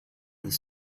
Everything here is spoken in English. this